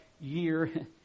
year